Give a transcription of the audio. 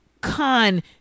con